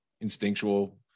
instinctual